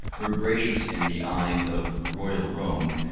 were gracious in the eyes of royal rome,